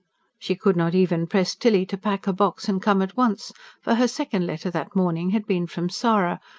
she could not even press tilly to pack her box and come at once for her second letter that morning had been from sara,